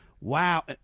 Wow